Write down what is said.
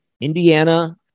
Indiana